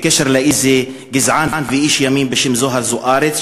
בקשר לאיזה גזען ואיש ימין בשם זוהר זוארץ.